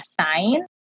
sign